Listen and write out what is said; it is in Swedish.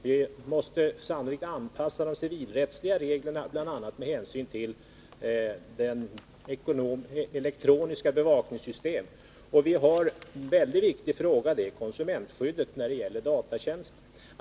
Vi måste sannolikt anpassa de civilrättsliga reglerna bl.a. med hänsyn till elektroniska bevakningssystem. En väldigt viktig fråga är konsumentskyddet när det gäller datatjänster.